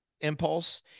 impulse